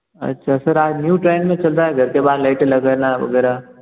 अच्छा सर आज new trend में चल रहा है घर के बाहर लाइटें लगाना वगैरह